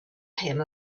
him